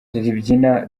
ribyina